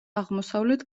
აღმოსავლეთ